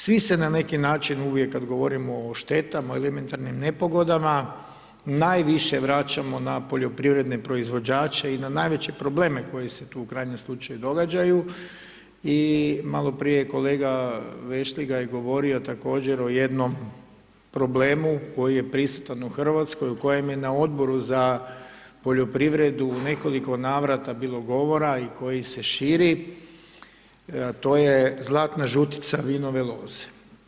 Svi se na neki način uvijek kad govorimo o štetama ili elementarnim nepogodama najviše vraćamo na poljoprivredne proizvođače i na najveće probleme koji se tu u krajnjem slučaju događaju i malo prije je kolega Vešligaj govorio također o jednom problemu koji je prisutan u Hrvatskoj u kojem je na Odboru za poljoprivredu u nekoliko navrata bilo govora i koji se širi, a to je zlatna žutica vinove loze.